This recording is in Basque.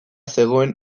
zegoen